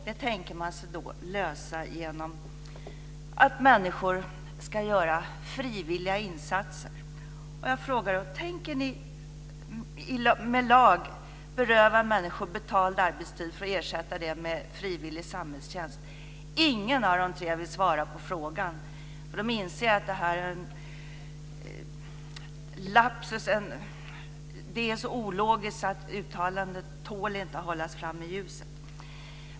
Det tänker man sig att lösa genom att människor ska göra frivilliga insatser. Tänker ni med lag beröva människor betald arbetstid och ersätta det med frivillig samhällstjänst? Ingen av de tre vill svara på frågan, för de inser att detta är en lapsus. Det är så ologiskt att uttalandet inte tål att hållas fram i ljuset.